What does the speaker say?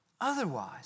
Otherwise